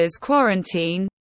Quarantine